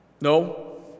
No